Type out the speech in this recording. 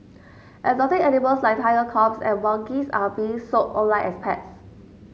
exotic animals like tiger cubs and monkeys are being sold online as pets